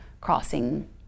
crossing